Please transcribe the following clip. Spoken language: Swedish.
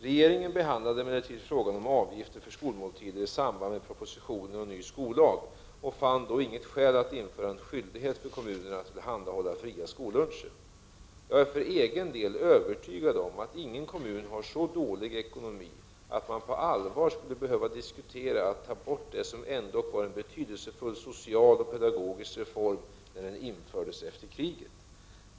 Regeringen behandlade emellertid frågan om avgifter för skolmåltider i samband med propositionen om ny skollag och fann då inget skäl att införa en skyldighet för kommunerna att tillhandahålla fria skolluncher. Jag är för egen del övertygad om att ingen kommun har så dålig ekonomi att den på allvar skulle behöva diskutera en borttagning av det som ändock var en betydelsefull social och pedagogisk reform när den infördes efter kriget.